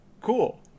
cool